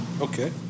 okay